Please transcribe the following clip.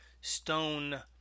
stone